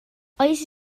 oes